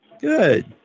Good